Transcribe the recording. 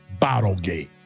Bottlegate